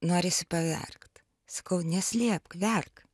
norisi paverkt sakau neslėpk verk